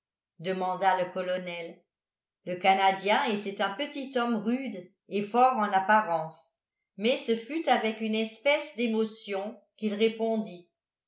demanda le colonel le canadien était un petit homme rude et fort en apparence mais ce fut avec une espèce d'émotion qu'il répondit